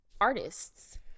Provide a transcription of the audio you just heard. artists